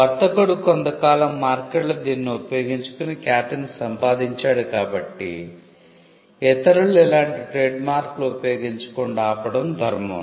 వర్తకుడు కొంతకాలం మార్కెట్లో దీనిని ఉపయోగించుకుని ఖ్యాతిని సంపాదించాడు కాబట్టి ఇతరులు అలాంటి ట్రేడ్మార్క్లు ఉపయోగించకుండా ఆపడం ధర్మం